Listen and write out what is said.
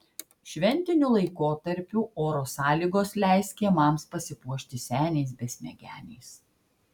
šventiniu laikotarpiu oro sąlygos leis kiemams pasipuošti seniais besmegeniais